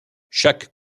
chaque